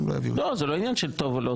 לא, זה לא עניין של טוב או לא טוב.